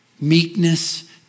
meekness